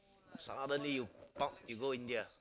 suddenly you pop you go India